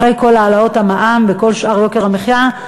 אחרי כל העלאות המע"מ וכל שאר יוקר המחיה,